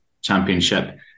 Championship